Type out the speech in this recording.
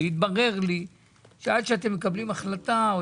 והתברר לי שעד שאתם מקבלים החלטה או